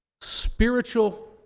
spiritual